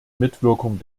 mitwirkung